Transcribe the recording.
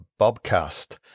Bobcast